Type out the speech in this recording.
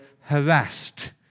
harassed